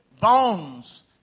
bones